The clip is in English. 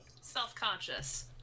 Self-conscious